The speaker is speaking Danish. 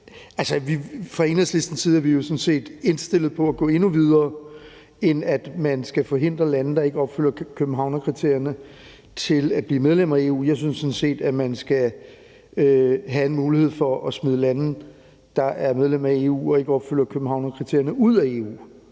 jo sådan set indstillede på at gå endnu videre, end at man skal forhindre lande, der ikke opfylder Københavnerkriterierne, i at blive medlemmer af EU. Jeg synes sådan set, at man skal have en mulighed for at smide lande, der er medlemmer af EU og ikke opfylder Københavnerkriterierne, ud af EU.